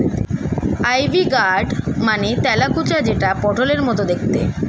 ivy gourd মানে তেলাকুচা যেটা পটলের মতো দেখতে